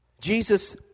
Jesus